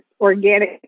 organic